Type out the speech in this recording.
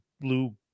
blue